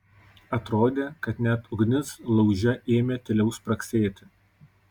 atrodė kad net ugnis lauže ėmė tyliau spragsėti